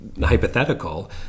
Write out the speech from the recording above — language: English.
hypothetical